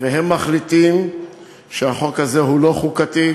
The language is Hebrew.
והם מחליטים שהחוק הזה הוא לא חוקתי,